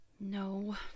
No